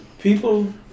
people